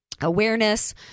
Awareness